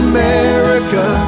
America